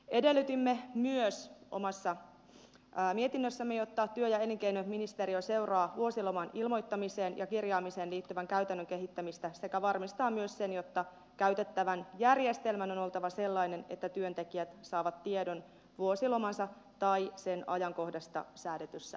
edellytimme omassa mietinnössämme myös että työ ja elinkeinoministeriö seuraa vuosiloman ilmoittamiseen ja kirjaamiseen liittyvän käytännön kehittämistä sekä varmistaa myös sen että käytettävän järjestelmän on oltava sellainen että työntekijät saavat tiedon vuosilomansa tai sen osan ajankohdasta säädetyssä